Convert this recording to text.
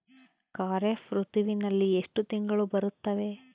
ಖಾರೇಫ್ ಋತುವಿನಲ್ಲಿ ಎಷ್ಟು ತಿಂಗಳು ಬರುತ್ತವೆ?